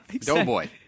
Doughboy